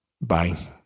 Bye